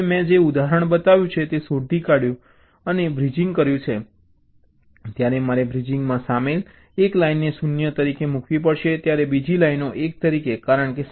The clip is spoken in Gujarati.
હવે મેં જે ઉદાહરણ બતાવ્યું છે તે શોધી કાઢ્યું છે અને બ્રિજિંગ કર્યું છે ત્યારે મારે બ્રિજિંગમાં સામેલ એક લાઇનને 0 તરીકે મૂકવી પડશે જ્યારે બીજી લાઇનો 1 તરીકે કારણ કે શા માટે